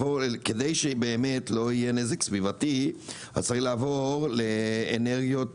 כדי שבאמת לא יהיה נזק סביבתי צריך לעבור לאנרגיות